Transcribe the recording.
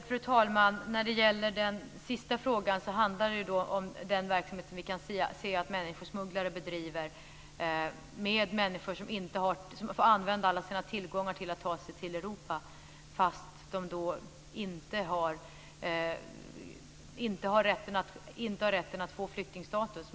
Fru talman! När det gäller den sista frågan handlar det om den verksamhet som vi kan se att människosmugglare bedriver med människor som får använda alla sina tillgångar för att ta sig till Europa, fastän de då inte har rätten att få flyktingstatus.